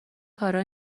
کارا